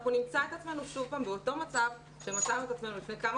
אנחנו נמצא את עצמנו שוב פעם באותו מצב שמצאנו את עצמנו לפני כמה